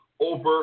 over